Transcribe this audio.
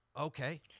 okay